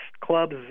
clubs